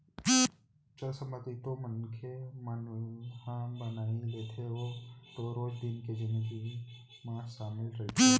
चल संपत्ति तो मनखे मन ह बनाई लेथे ओ तो रोज दिन के जिनगी म सामिल रहिथे